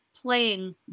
playing